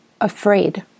afraid